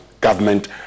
government